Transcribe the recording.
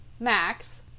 max